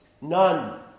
None